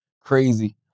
Crazy